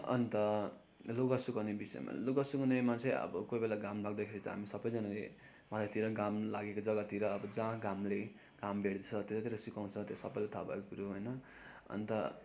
अन्त लुगा सुकाउने विषयमा लुगा सुकाउनेमा चाहिँ अब कोही बेला घाम लाग्दाखेरि हामी सबैजनाले बाहिरतिर घाम लागेको जग्गातिर अब जहाँ घामले घाम भेट्छ त्यतातिर सुकाउँछ त्यो सबैलाई थाहा भएको कुरा हो होइन अन्त